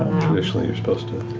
traditionally, you're supposed to.